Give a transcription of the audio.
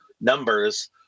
numbers